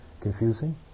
confusing